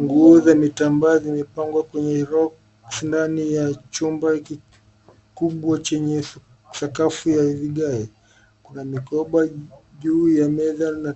Nguo za vitambaa zimepangwa kwenye roo sindani ya chumba kikubwa chenye sakafu ya vigae. Kuna mikoba juu ya meza na